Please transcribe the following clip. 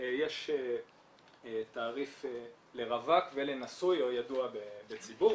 יש תעריך לרווק ולנשוי או ידוע בציבור.